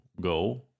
go